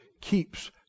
keeps